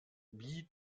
wie